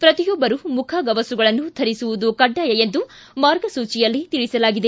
ಪ್ರತಿಯೊಬ್ಬರು ಮುಖ ಗವಸುಗಳನ್ನು ಧರಿಸುವುದು ಕಡ್ಡಾಯ ಎಂದು ಮಾರ್ಗಸೂಚಿಯಲ್ಲಿ ತಿಳಿಸಲಾಗಿದೆ